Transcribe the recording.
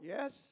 Yes